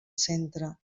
centre